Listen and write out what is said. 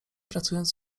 pracując